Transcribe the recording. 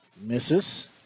misses